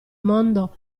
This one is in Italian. mondo